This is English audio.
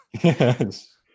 yes